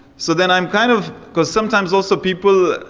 so then i'm kind of, cause sometimes also people,